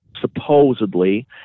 supposedly